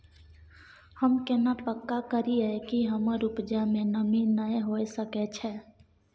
हम केना पक्का करियै कि हमर उपजा में नमी नय होय सके छै?